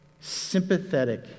sympathetic